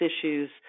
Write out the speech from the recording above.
issues